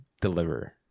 deliver